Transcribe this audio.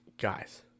Guys